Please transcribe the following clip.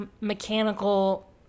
mechanical